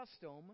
custom